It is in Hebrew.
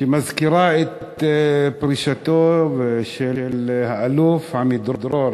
שמזכירה את פרישתו של האלוף עמידרור,